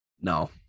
No